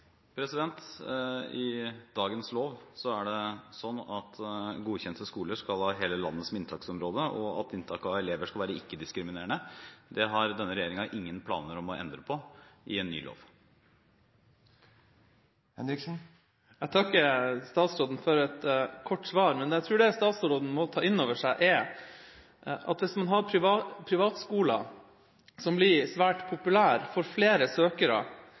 I dagens lov er det slik at godkjente skoler skal ha hele landet som inntaksområde, og at inntaket av elever skal være ikke-diskriminerende. Det har denne regjeringen ingen planer om å endre på i en ny lov. Jeg takker statsråden for et kort svar. Men jeg tror det statsråden må ta inn over seg, er at hvis man har privatskoler som blir svært populære og får flere søkere